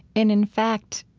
in in fact,